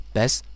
Best